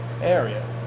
area